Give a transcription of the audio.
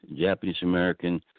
Japanese-American